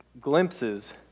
glimpses